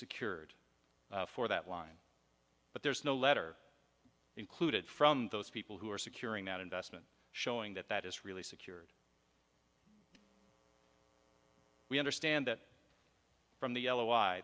secured for that line but there's no letter included from those people who are securing that investment showing that that is really secured we understand that from the yellow